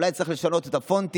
אולי צריך לשנות את הפונטים,